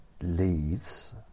leaves